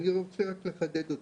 אני רוצה רק לחדד אותם.